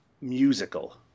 musical